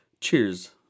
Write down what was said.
Cheers